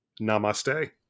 namaste